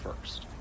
first